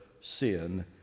sin